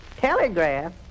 Telegraph